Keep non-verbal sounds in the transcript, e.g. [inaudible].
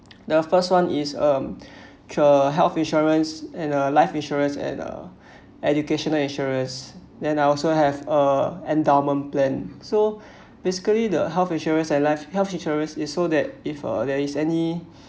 [noise] the first one is um the health insurance and a life insurance at the educational insurers then I also have a endowment plan so basically the health insurance and life health insurance is so that if uh there is any